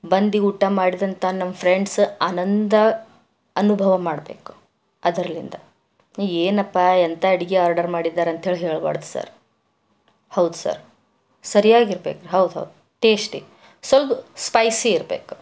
ಬಂದು ಊಟ ಮಾಡಿದಂಥ ನಮ್ಮ ಫ್ರೆಂಡ್ಸ್ ಆನಂದ ಅನುಭವ ಮಾಡ್ಬೇಕು ಅದ್ರಲ್ಲಿಂದ ನೀ ಏನಪ್ಪ ಎಂಥ ಅಡುಗೆ ಆರ್ಡರ್ ಮಾಡಿದ್ದಾರೆ ಅಂಥೇಳಿ ಹೇಳ್ಬಾರದು ಸರ್ ಹೌದು ಸರ್ ಸರಿಯಾಗಿ ಇರಬೇಕು ಹೌದು ಹೌದು ಟೇಸ್ಟಿ ಸ್ವಲ್ಪ ಸ್ಪೈಸಿ ಇರಬೇಕು